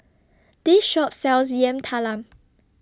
This Shop sells Yam Talam